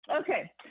Okay